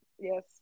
Yes